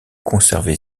conserver